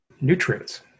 nutrients